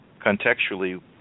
contextually